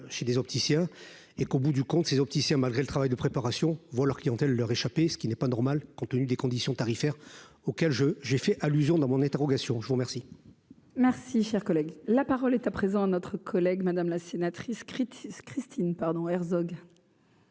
chez des opticiens et qu'au bout du compte ses opticiens malgré le travail de préparation vont leur clientèle, leur échapper, ce qui n'est pas normal compte tenu des conditions tarifaires auxquels je j'ai fait allusion dans mon interrogation, je vous remercie. Merci, cher collègue, la parole est à présent notre collègue, Madame la sénatrice critique